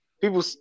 People